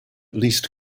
least